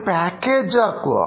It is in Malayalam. ഒരു പാക്കേജ് ആക്കുക